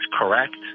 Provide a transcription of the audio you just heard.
correct